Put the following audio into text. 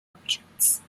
objects